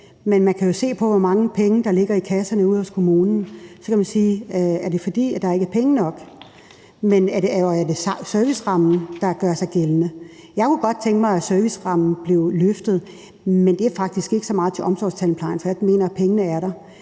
Men man kan jo se på, hvor mange penge der ligger i kasserne ude hos kommunerne, og så kan man sige: Er det, fordi der ikke er penge nok? Men er det servicerammen, der gør sig gældende? Jeg kunne godt tænke mig, at servicerammen blev løftet, men det er faktisk ikke så meget til omsorgstandplejen, for der mener jeg at pengene er der,